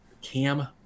Cam